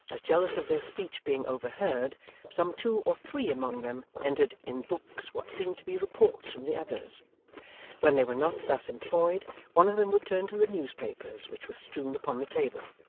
as jealous of their speech being overheard some two or three among them entered in books what seemed to be reports from the others when they were not thus employed one of them would turn to the newspapers which were strewn upon the table,